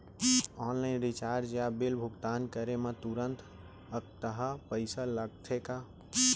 Online recharge या bill भुगतान करे मा तुरंत अक्तहा पइसा लागथे का?